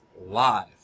live